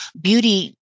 beauty